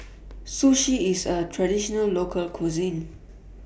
Sushi IS A Traditional Local Cuisine